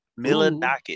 Millinocket